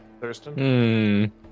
Thurston